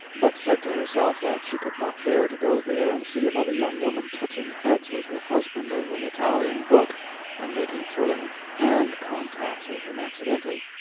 but said to herself that she could not bear to go there and see another young woman touching heads with her husband over an italian book and making thrilling hand-contacts with him accidentally.